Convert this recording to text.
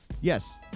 Yes